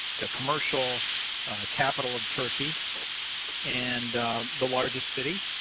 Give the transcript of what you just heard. the commercial capital of turkey and the largest city.